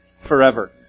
forever